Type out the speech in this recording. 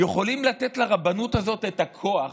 יכולים לתת לרבנות הזאת את הכוח